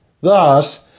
Thus